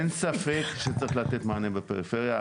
אין ספק שצריך לתת מענה בפריפריה.